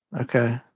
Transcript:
okay